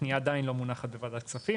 הפנייה עדיין לא מונחת בוועדת כספים,